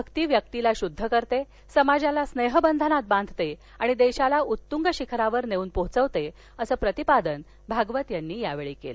भक्ती व्यक्तीला शुद्ध करते समाजाला स्नेह बंधनात बांधते आणि देशाला उत्तूंग शिखरावर नेऊन पोहचवते अस प्रतिपादन भागवत यांनी यावेळी बोलताना केलं